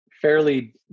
fairly